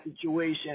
situation